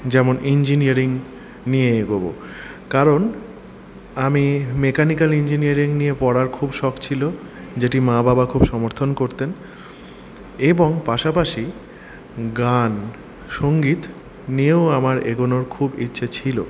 যেমন ইঞ্জিনিয়ারিং নিয়ে এগোবো কারণ আমি মেকানিক্যাল ইঞ্জিনিয়ারিং নিয়ে পড়ার খুব শখ ছিল যেটি মা বাবা খুব সমর্থন করতেন এবং পাশাপাশি গান সঙ্গীত নিয়েও আমার এগোনোর খুব ইচ্ছে ছিল